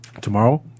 Tomorrow